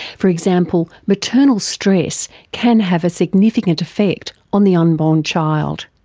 for example, maternal stress can have a significant effect on the unborn child.